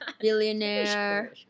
billionaire